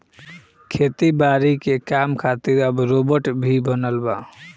खेती बारी के काम खातिर अब रोबोट भी बनल बा